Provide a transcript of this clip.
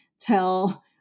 tell